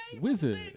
Wizard